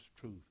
truth